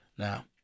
Now